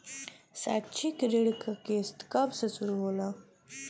शैक्षिक ऋण क किस्त कब से शुरू होला?